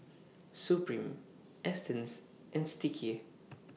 Supreme Astons and Sticky